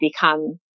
become